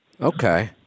Okay